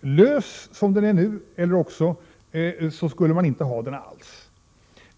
lös som den är nu eller borde avvecklas.